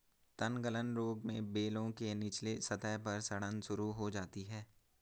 तनगलन रोग में बेलों के निचले सतह पर सड़न शुरू हो जाती है